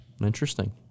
Interesting